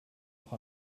auch